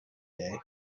day